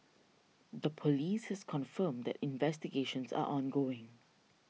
the police has confirmed that investigations are ongoing